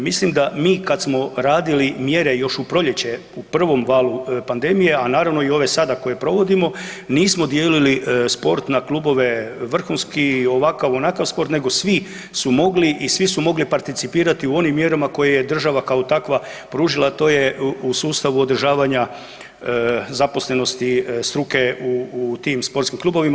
Mislim da mi kad smo radili mjere još u proljeće u prvom valu pandemije, a naravno i ove sada koje provodimo nismo dijelili sport na klubove vrhunski, ovakav, onakav sport nego svi su mogli i svi su mogli participirati u onim mjerama koje je država kao takva pružila, a to je u sustavu održavanja zaposlenosti struke u tim sportskim klubovima.